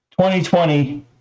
2020